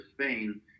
Spain